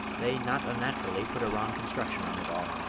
they not unnaturally put a wrong construction on it all.